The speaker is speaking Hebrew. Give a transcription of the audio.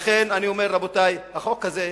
לכן אני אומר, רבותי, החוק הזה הוא,